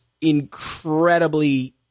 incredibly